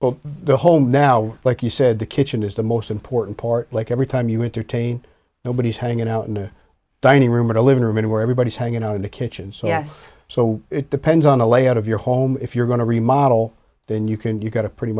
specifically the home now like you said the kitchen is the most important part like every time you entertain nobody's hanging out in the dining room or the living room where everybody's hanging out in the kitchen so yes so it depends on the layout of your home if you're going to remodel then you can you've got a pretty